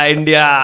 India